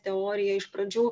teorija iš pradžių